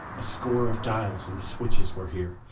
a score of dials and switches were here,